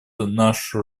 нашу